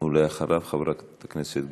אחריו, חברת הכנסת גרמן.